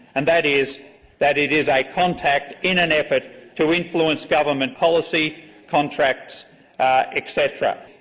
and that is that it is a contact in an effort to influence government policy contracts et cetera.